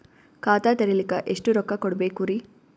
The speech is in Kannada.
ಖಾತಾ ತೆರಿಲಿಕ ಎಷ್ಟು ರೊಕ್ಕಕೊಡ್ಬೇಕುರೀ?